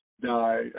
die